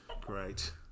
great